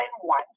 one